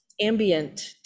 ambient